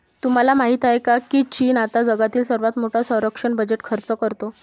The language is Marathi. तुम्हाला माहिती आहे का की चीन आता जगातील सर्वात मोठा संरक्षण बजेट खर्च करतो?